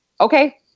okay